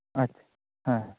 ᱟᱪᱪᱷᱟ ᱦᱮᱸ